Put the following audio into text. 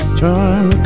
time